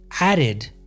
added